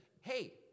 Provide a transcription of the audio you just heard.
hey